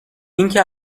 اینکه